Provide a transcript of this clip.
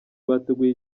bateguye